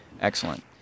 Excellent